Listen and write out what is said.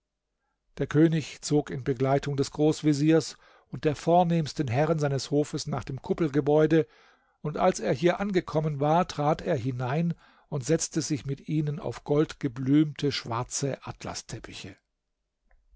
der könig zog in begleitung des großveziers und der vornehmsten herren seines hofes nach dem kuppelgebäude und als er hier angekommen war trat er hinein und setzte sich mit ihnen auf goldgeblümte schwarze